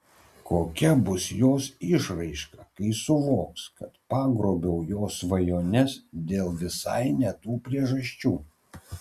kokia bus jos išraiška kai suvoks kad pagrobiau jos svajones dėl visai ne tų priežasčių